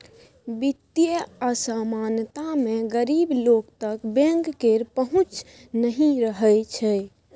बित्तीय असमानता मे गरीब लोक तक बैंक केर पहुँच नहि रहय छै